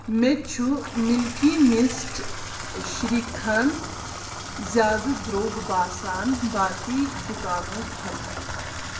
مےٚ چھُ Milky Mist shrikhand زیادٕ درٛوگ باسان باقی دُکانو کھۄتہٕ